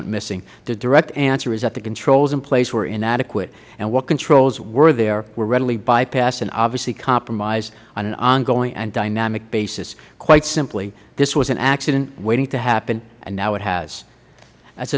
went missing the direct answer is that the controls in place were inadequate and what controls were in there were readily bypassed and obviously compromised on an ongoing and dynamic basis quite simply this was an accident waiting to happen and now it has as